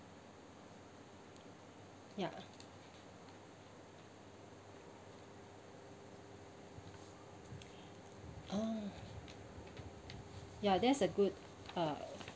ya oh ya that's a good uh